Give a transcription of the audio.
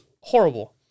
horrible